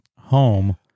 home